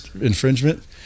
infringement